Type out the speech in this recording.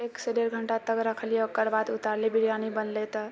एक सँ डेढ़ घण्टा तक रखलियै ओकरबाद उतारलियै बिरयानी बनलै तऽ